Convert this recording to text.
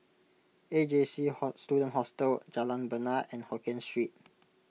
A J C Student Hostel Jalan Bena and Hokkien Street